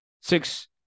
six